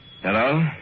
Hello